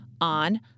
on